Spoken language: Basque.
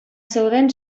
zeuden